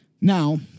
Now